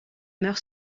meurt